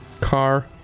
Car